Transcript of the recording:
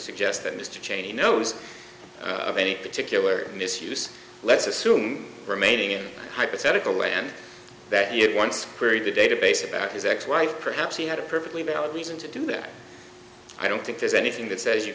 suggest that mr cheney knows of any particular misuse let's assume remaining hypothetical and that it once queried the database about his ex wife perhaps he had a perfectly valid reason to do that i don't think there's anything that says you